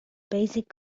basic